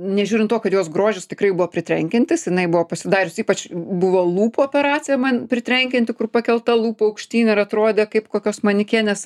nežiūrint to kad jos grožis tikrai buvo pritrenkiantis jinai buvo pasidarius ypač buvo lūpų operaciją man pritrenkianti kur pakelta lūpa aukštyn ir atrodė kaip kokios manikenės